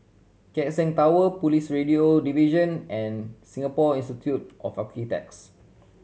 Keck Seng Tower Police Radio Division and Singapore Institute of Architects